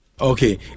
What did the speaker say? Okay